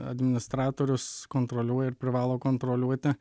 administratorius kontroliuoja ir privalo kontroliuoti